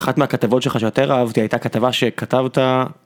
אחת מהכתבות שלך שיותר אהבתי הייתה כתבה שכתב אותה.